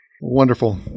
Wonderful